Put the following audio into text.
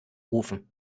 rufen